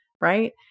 right